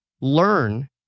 learn